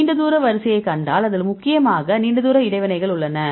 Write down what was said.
நீண்ட தூர வரிசையை கண்டால் அதில் முக்கியமாக நீண்ட தூர இடைவினைகள் உள்ளன